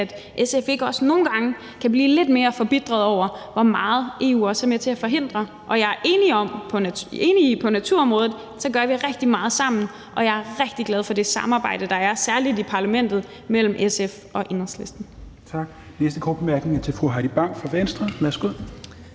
at SF ikke også nogle gange kan blive lidt mere forbitret over, hvor meget EU er med til at forhindre. Jeg er enig i, at vi på naturområdet gør rigtig meget sammen, og jeg er rigtig glad for det samarbejde, der er, særlig i parlamentet, mellem SF og Enhedslisten. Kl. 16:00 Tredje næstformand (Rasmus